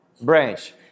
Branch